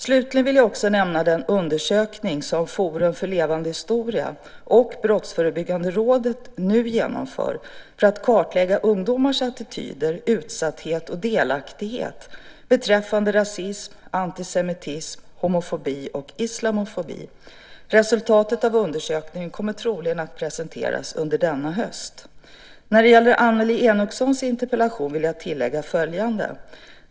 Slutligen vill jag också nämna den undersökning som Forum för levande historia och Brottsförebyggande rådet nu genomför för att kartlägga ungdomars attityder, utsatthet och delaktighet beträffande rasism, antisemitism, homofobi och islamofobi. Resultatet av undersökningen kommer troligen att presenteras under hösten detta år. När det gäller Annelie Enochsons interpellation vill jag tillägga följande.